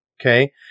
Okay